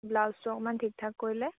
ব্লাউজটো অকমান ঠিক ঠাক কৰিলে